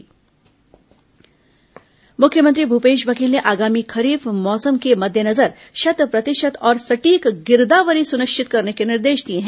मुख्यमंत्री राजस्व बैठक मुख्यमंत्री भूपेश बघेल ने आगामी खरीफ मौसम के मद्देनजर शत प्रतिशत और सटीक गिरदावरी सुनिश्चित करने के निर्देश दिए हैं